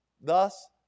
Thus